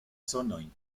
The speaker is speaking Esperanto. sonoj